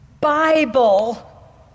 Bible